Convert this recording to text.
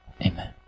Amen